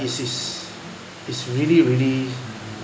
it is it's really really